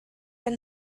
been